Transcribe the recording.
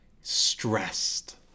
stressed